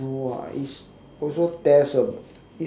no ah it's also test abi~